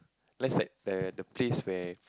that's like the the place where